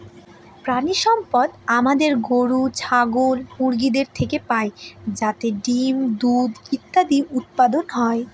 প্রানীসম্পদ আমাদের গরু, ছাগল, মুরগিদের থেকে পাই যাতে ডিম, দুধ ইত্যাদি উৎপাদন হয়